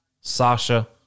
Sasha